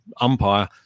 umpire